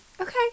Okay